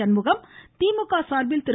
சண்முகம் திமுக சார்பில் திரு